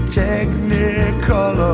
technical